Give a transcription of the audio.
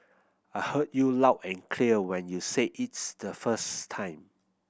I heard you loud and clear when you said its the first time